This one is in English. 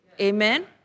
Amen